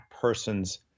person's